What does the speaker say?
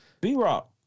B-Rock